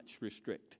restrict